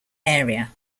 area